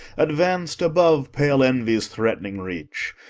advanc'd above pale envy's threat'ning reach.